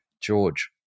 George